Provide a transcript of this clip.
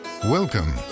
Welcome